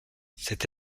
cette